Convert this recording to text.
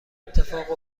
اتفاق